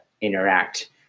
interact